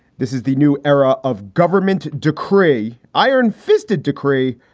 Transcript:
this is the new era of government decree, iron fisted decree,